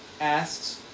asks